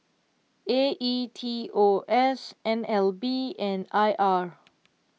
A E T O S N L B and I R